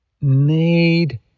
need